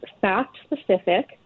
fact-specific